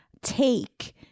take